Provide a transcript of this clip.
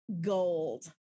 gold